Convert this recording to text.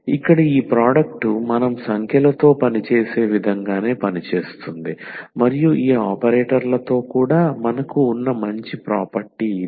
ఇక్కడ ఈ ప్రోడక్ట్ మనం సంఖ్యలతో పనిచేసే విధంగానే పనిచేస్తుంది మరియు ఈ ఆపరేటర్లతో కూడా మనకు ఉన్న మంచి ప్రాపర్టీ ఇది